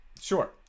sure